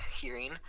hearing